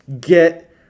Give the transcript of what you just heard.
get